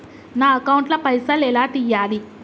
నా అకౌంట్ ల పైసల్ ఎలా తీయాలి?